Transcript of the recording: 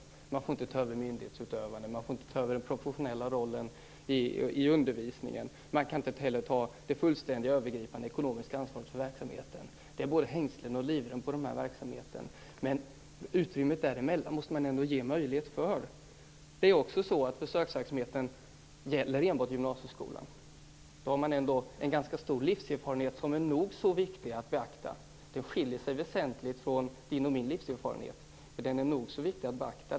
Den får inte ta över myndighetsutövande. Den får inte ta över den professionella rollen i undervisningen. Den kan inte heller ta det fullständiga och övergripande ekonomiska ansvaret för verksamheten. Det är både hängslen och livrem i fråga om denna verksamhet. Men i utrymmet däremellan måste man ändå ge möjligheter. Försöksverksamheten gäller enbart gymnasieskolan. När man går på gymnasiet har man ändå en ganska stor livserfarenhet som är nog så viktig att beakta. Den skiljer sig väsentligt från Inger Davidsons och min livserfarenhet. Men den är nog så viktig att beakta.